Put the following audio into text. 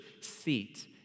seat